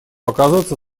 оказываться